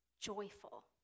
joyful